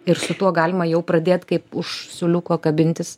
ir su tuo galima jau pradėt kaip už suoliuko kabintis